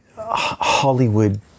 Hollywood